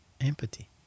empathy